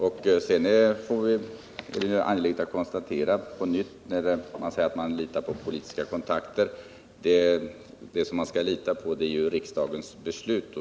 När det gäller att lita på politiska kontakter är det angeläget att framhålla att vad man skall lita på är riksdagens beslut.